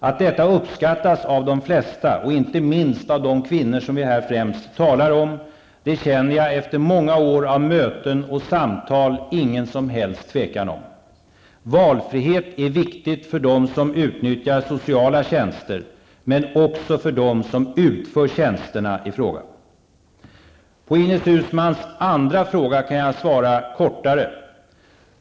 Att detta uppskattas av de flesta -- inte minst av de kvinnor som vi här främst talar om -- känner jag efter många år av möten och samtal ingen som helst tvekan om. Valfrihet är viktigt för dem som utnyttjar sociala tjänster, men också för dem som utför tjänsterna i fråga. På Ines Uusmanns andra fråga kan jag svara kortare.